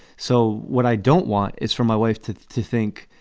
so what i don't want is for my wife to to think,